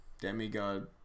demigod